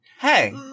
hey